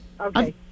okay